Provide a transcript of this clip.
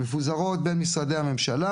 הן מפוזרות בין משרדי הממשלה,